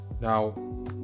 Now